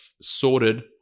sorted